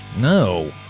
No